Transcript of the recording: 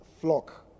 flock